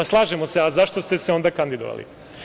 Slažemo se, ali zašto ste se onda kandidovali?